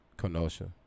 Kenosha